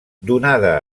donada